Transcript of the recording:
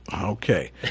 Okay